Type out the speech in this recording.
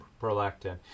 Prolactin